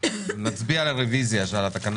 הישיבה ננעלה בשעה